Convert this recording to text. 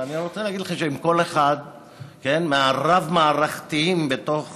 ואני רוצה להגיד לך שאם כל אחד מהרב-מערכתיים בתוך